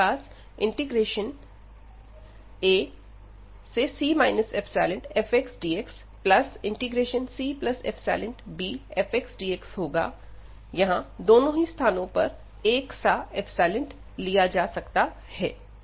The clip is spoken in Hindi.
तब हमारे पास ac ϵfxdxcϵbfxdx होगा यहां दोनों ही स्थानों पर एक सा लिया जा सकता है